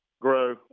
grow